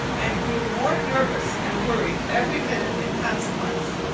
and grew more nervous and worried every minute in consequence.